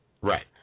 Right